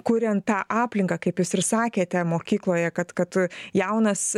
kuriant tą aplinką kaip jūs ir sakėte mokykloje kad kad jaunas